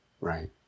right